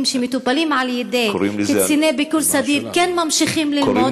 שמטופלים על ידי קציני ביקור סדיר כן ממשיכים ללמוד.